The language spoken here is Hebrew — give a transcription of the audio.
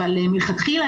אבל מלכתחילה,